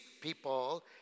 people